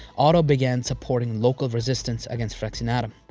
otto began supporting local resistance against fraxinetum.